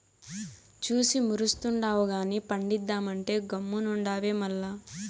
చూసి మురుస్తుండావు గానీ పండిద్దామంటే గమ్మునుండావే మల్ల